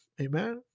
Amen